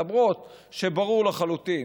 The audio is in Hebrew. למרות שברור לחלוטין